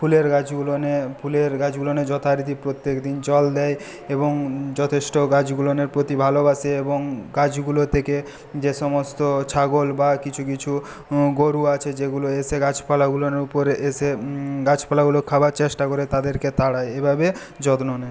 ফুলের গাছগুলো নিয়ে ফুলের গাছগুলো নিয়ে যথারীতি প্রত্যেকদিন জল দেয় এবং যথেষ্ট গাছগুলোনের প্রতি ভালোবাসে এবং গাছগুলো থেকে যে সমস্ত ছাগল বা কিছু কিছু গরু আছে যেগুলো এসে গাছপালাগুলোর ওপর এসে গাছপালাগুলো খাবার চেষ্টা করে তাদেরকে তাড়ায় এভাবে যত্ন নেয়